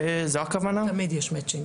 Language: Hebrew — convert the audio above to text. זה לא מצ'ינג,